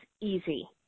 easy